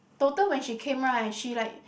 total when she came right she like